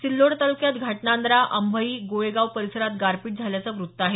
सिल्लोड तालुक्यात घाटनांद्रा अंभई गोळेगाव परिसरात गारपीट झाल्याचं वृत्त आहे